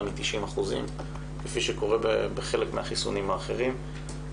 מ-90% כפי שקורה בחלק מהחיסונים האחרים.